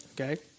Okay